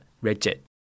rigid